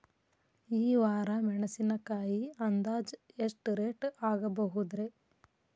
ಈ ವಾರ ಮೆಣಸಿನಕಾಯಿ ಅಂದಾಜ್ ಎಷ್ಟ ರೇಟ್ ಆಗಬಹುದ್ರೇ?